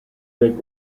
del